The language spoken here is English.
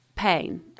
pain